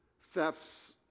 thefts